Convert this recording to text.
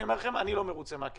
ואני אומר לכם: אני לא מרוצה מהקצב,